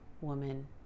woman